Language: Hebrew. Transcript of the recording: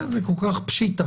זה כל כך פשיטא,